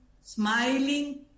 smiling